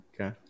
Okay